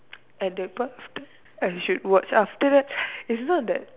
at that point of time I should watch after that it's not that